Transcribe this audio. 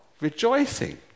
Rejoicing